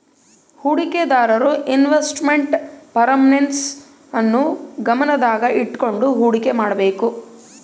ಹೂಡಿಕೆದಾರರು investment performance ನ್ನು ಗಮನದಾಗ ಇಟ್ಕಂಡು ಹುಡಿಕೆ ಮಾಡ್ಬೇಕು